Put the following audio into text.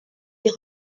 des